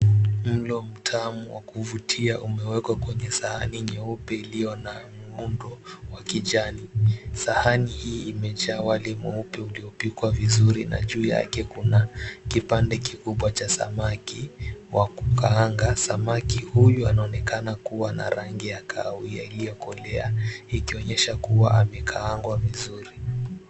Mlo mtamu wakuvutia umewekwa kwenye sahani nyeupe iliyo na muundo wa kijani. Sahani hii imejaa wali mweupe uliopikwa vizuri na juu yake kuna kipande kikubwa cha samaki wa kukaanga. Samaki huyu anaonekana kuwa na rangi ya kahawia iliyokolea ikionyesha kuwa amekaangwa vizuri.